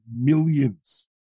millions